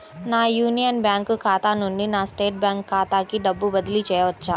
నా Union Bank ఖాతా నుండి నా స్టేట్ బ్యాంకు ఖాతాకి డబ్బు బదిలి చేయవచ్చా?